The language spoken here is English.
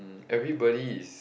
everybody is